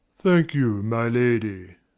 thank you, my lady.